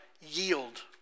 yield